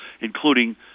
including